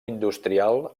industrial